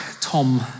Tom